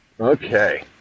Okay